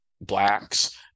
Blacks